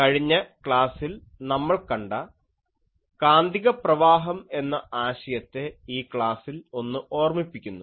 കഴിഞ്ഞ ക്ലാസ്സിൽ നമ്മൾ കണ്ട കാന്തിക പ്രവാഹം എന്ന ആശയത്തെ ഈ ക്ലാസിൽ ഒന്നു ഓർമിപ്പിക്കുന്നു